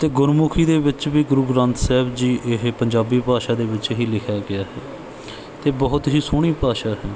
ਅਤੇ ਗੁਰਮੁਖੀ ਦੇ ਵਿੱਚ ਵੀ ਗੁਰੂ ਗ੍ਰੰਥ ਸਾਹਿਬ ਜੀ ਇਹ ਪੰਜਾਬੀ ਭਾਸ਼ਾ ਦੇ ਵਿੱਚ ਹੀ ਲਿਖਿਆ ਗਿਆ ਹੈ ਅਤੇ ਬਹੁਤ ਹੀ ਸੋਹਣੀ ਭਾਸ਼ਾ ਹੈ